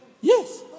Yes